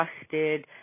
trusted